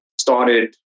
started